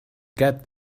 get